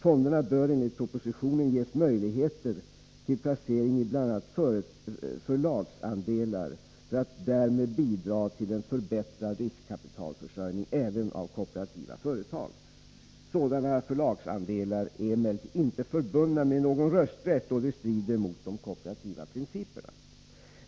Fonderna bör enligt propositionen ges möjligheter till placering i bl.a. förlagsandelar, för att därmed bidra till en förbättrad riskkapitalförsörjning även av kooperativa företag. Sådana förlagsandelar är emellertid inte förbundna med någon rösträtt, då det strider mot de kooperativa principerna.